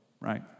right